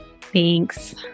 Thanks